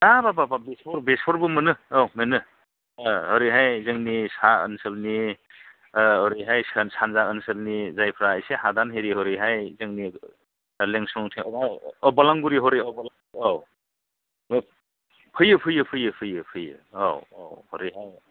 आ हाबाब बाब बाब बेसरबो मोनो औ मोनो ओरैहाय जोंनि सा ओनसोलनि ओरैनिहाय सानजा ओनसोलनि जायफोरा इसे हादान आरि हरैहाय जोंनि लिंसनथाय अ बलांगुरि हरै बलांगुरि औ फैयो फैयो फैयो फैयो औ औ हरैहाय